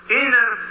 inner